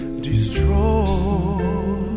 destroy